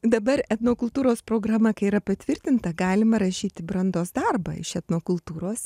dabar etnokultūros programa kai yra patvirtinta galima rašyti brandos darbą iš etnokultūros